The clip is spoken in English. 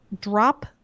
drop